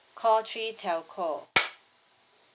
call three telco